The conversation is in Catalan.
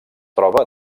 troba